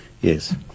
Yes